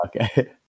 Okay